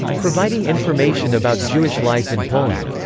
providing information about jewish life in poland.